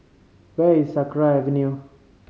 where is Sakra Avenue